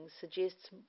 suggests